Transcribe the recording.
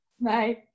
Bye